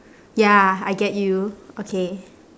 ya I get you okay